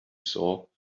saw